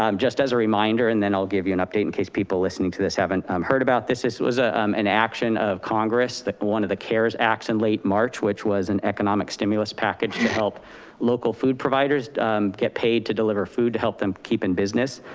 um just as a reminder and then i'll give you an update in case people listening to this haven't um heard about this, is this was ah um an action of congress, one of the cares acts in late march, which was an economic stimulus package to help local food providers get paid to deliver food to help them keep in business.